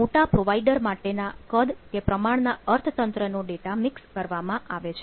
મોટા પ્રોવાઇડર માટેના કદ કે પ્રમાણ ના અર્થતંત્ર નો ડેટા મિક્સ કરવામાં આવે છે